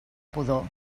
pudor